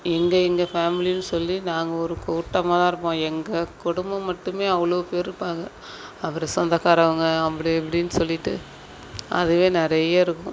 எங்கள் எங்கள் ஃபேமிலின்னு சொல்லி நாங்கள் ஒரு கூட்டமாக தான் இருப்போம் எங்கள் குடும்பம் மட்டுமே அவ்வளோ பேர் இருப்பாங்க அப்புறம் சொந்தக்காரங்க அப்படி இப்படின்னு சொல்லிவிட்டு அதுவே நிறைய இருக்கும்